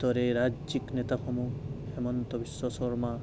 দৰে ৰাজ্যিক নেতাসমূহ হিমন্ত বিশ্ব শৰ্মা